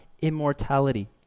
immortality